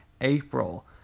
April